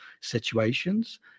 situations